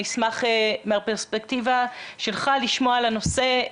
נשמח מהפרספקטיבה שלך לשמוע על הנושא,